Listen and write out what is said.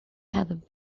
had